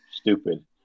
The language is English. stupid